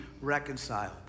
reconciled